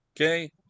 Okay